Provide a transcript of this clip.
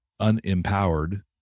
unempowered